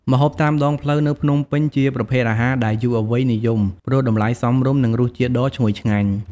ម្ហូបតាមដងផ្លូវ នៅភ្នំពេញជាប្រភេទអាហារដែលយុវវ័យនិយម ព្រោះតម្លៃសមរម្យ និងរសជាតិដ៏ឈ្ងុយឆ្ងាញ់។